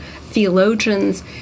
theologians